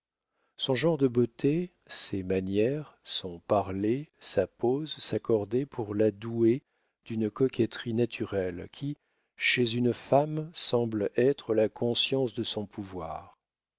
son genre de beauté ses manières son parler sa pose s'accordaient pour la douer d'une coquetterie naturelle qui chez une femme semble être la conscience de son pouvoir